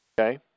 Okay